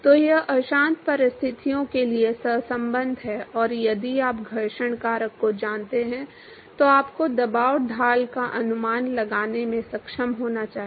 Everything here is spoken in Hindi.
तो यह अशांत परिस्थितियों के लिए सहसंबंध है और यदि आप घर्षण कारक को जानते हैं तो आपको दबाव ढाल का अनुमान लगाने में सक्षम होना चाहिए